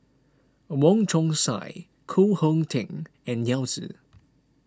Wong Chong Sai Koh Hong Teng and Yao Zi